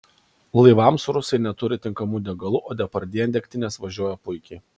laivams rusai neturi tinkamų degalų o depardjė ant degtinės važiuoja puikiai